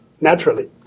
naturally